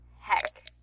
heck